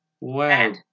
Wow